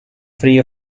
free